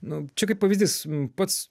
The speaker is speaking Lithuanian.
nu čia kaip pavyzdys pats